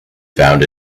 found